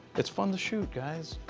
that's fun to shoot guys.